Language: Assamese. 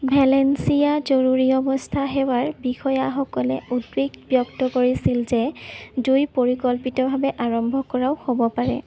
ভেলেন্সিয়া জৰুৰী অৱস্থা সেৱাৰ বিষয়াসকলে উদ্বেগ ব্যক্ত কৰিছিল যে জুই পৰিকল্পিতভাৱে আৰম্ভ কৰাও হ'ব পাৰে